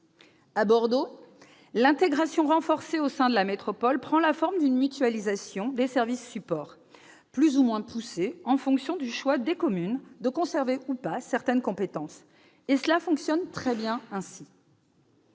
À Bordeaux, l'intégration renforcée au sein de la métropole prend la forme d'une mutualisation des services supports, plus ou moins poussée en fonction du choix des communes de conserver, ou pas, certaines compétences. Cela fonctionne très bien ainsi.